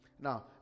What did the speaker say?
now